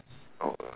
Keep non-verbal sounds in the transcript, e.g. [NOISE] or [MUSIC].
[NOISE]